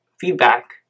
feedback